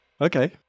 Okay